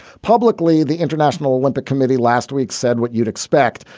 publicly, the international olympic committee last week said what you'd expect.